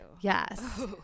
Yes